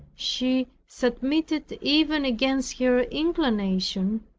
she submitted even against her inclination,